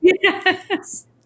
Yes